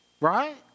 Right